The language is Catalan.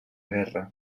guerra